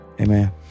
Amen